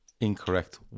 Incorrect